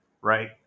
right